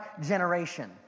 generation